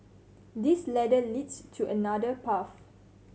this ladder leads to another path